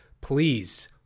please